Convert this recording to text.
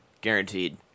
Guaranteed